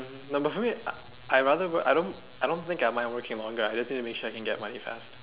mmhmm number three I I rather work I don't I don't think I mind working longer I just need to make sure I can get money fast